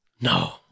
No